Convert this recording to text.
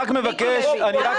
אני רק מבקש, בקשה אלייך.